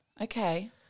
Okay